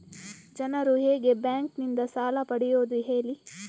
ಜನರು ಹೇಗೆ ಬ್ಯಾಂಕ್ ನಿಂದ ಸಾಲ ಪಡೆಯೋದು ಹೇಳಿ